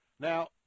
Now